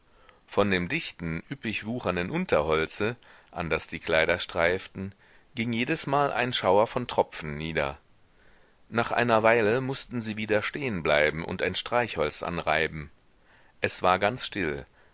von dem dichten üppig wuchernden unterholze an das die kleider streiften ging jedesmal ein schauer von tropfen nieder nach einer weile mußten sie wieder stehen bleiben und ein streichholz anreiben es war ganz still